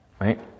right